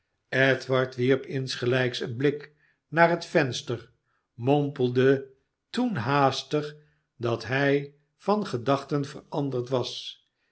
edward wierp insgelijks een blik naar het venster mompelde toen haastig dat hij van gedachten veranderd was